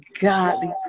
godly